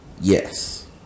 Yes